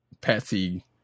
Patsy